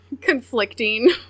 conflicting